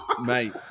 mate